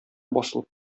басылып